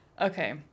Okay